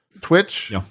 Twitch